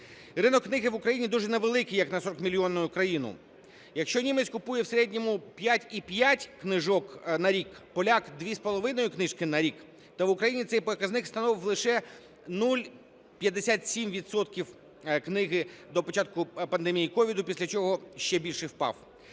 Ринок книги в Україні дуже невеликий як на 40-мільйонну країну. Якщо німець купує в середньому 5,5 книжки на рік, поляк 2,5 книжки на рік, то в Україні цей показник становить лише 0,57 відсотка книги до початку пандемії COVID, після чого ще більше впав.